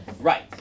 Right